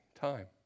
Time